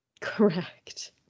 Correct